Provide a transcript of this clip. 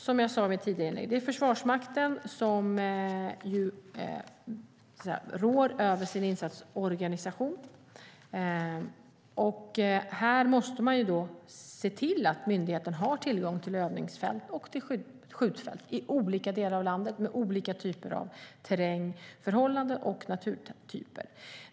Som jag sade i mitt tidigare inlägg är det Försvarsmakten som råder över sin insatsorganisation, och här måste man se till att myndigheten har tillgång till övningsfält och skjutfält i olika delar av landet med olika typer av terrängförhållanden och naturtyper.